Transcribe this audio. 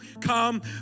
come